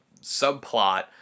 subplot